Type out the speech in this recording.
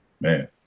Man